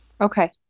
Okay